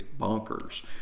bonkers